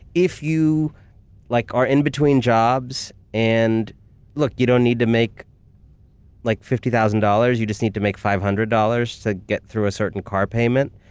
if you like are in between jobs, and look, you don't need to make like fifty thousand dollars, you just need to make five hundred dollars to get through a certain car payment,